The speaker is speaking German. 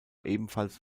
ebenfalls